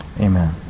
Amen